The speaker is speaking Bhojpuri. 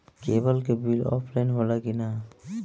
केबल के बिल ऑफलाइन होला कि ना?